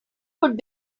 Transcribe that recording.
would